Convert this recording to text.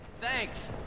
Thanks